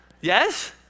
Yes